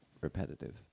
repetitive